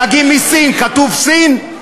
הדגים מסין, כתוב "סין"?